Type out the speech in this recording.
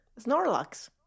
Snorlax